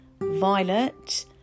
violet